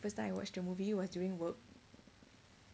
first time I watch the movie was during work